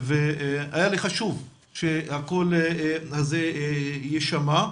היה לי חשוב שהקול הזה יישמע,